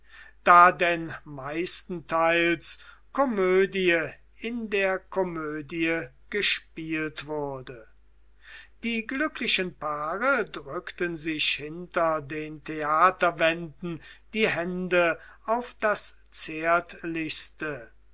da denn meistenteils komödie in der komödie gespielt wurde die glücklichen paare drückten sich hinter den theaterwänden die hände auf das zärtlichste